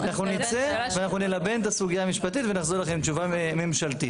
אנחנו נצא ואנחנו נלבן את הסוגיה המשפטית ונחזיר לכם תשובה ממשלתית.